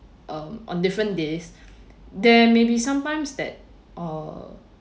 um on different days there maybe sometimes that err